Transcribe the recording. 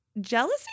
Jealousy